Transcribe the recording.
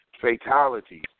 fatalities